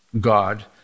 God